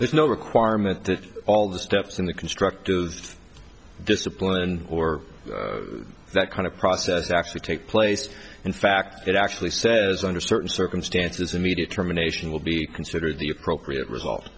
there's no requirement that all the steps in the constructive discipline or that kind of process actually take place in fact it actually says under certain circumstances immediate termination will be considered the appropriate res